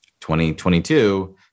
2022